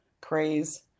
craze